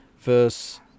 verse